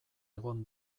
egon